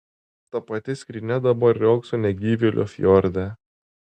ta pati skrynia dabar riogso negyvėlio fjorde